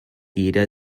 jeder